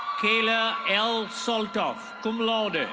kayla l saltoff, cum laude.